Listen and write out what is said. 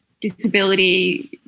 disability